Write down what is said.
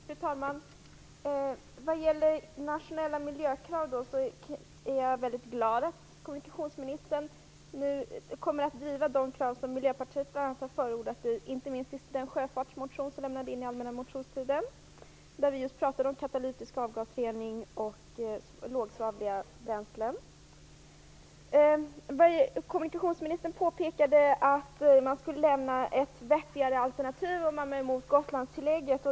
Fru talman! När det gäller nationella miljökrav är jag väldigt glad att kommunikationsministern kommer att driva de krav som bl.a. Miljöpartiet har förordat, inte minst i den sjöfartsmotion som vi lämnade in under allmänna motionstiden. Där pratar vi just om katalytisk avgasrening och lågsvavliga bränslen. Kommunikationsministern påpekade att man skulle lämna ett vettigare alternativ om man var emot Gotlandstillägget.